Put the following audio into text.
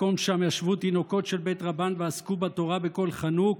מקום שם ישבו תינוקות של בית רבן ועסקו בתורה בקול חנוק,